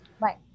right